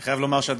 אני חייב לומר שאת,